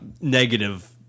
negative